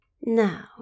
Now